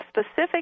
specific